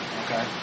Okay